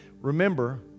remember